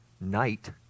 night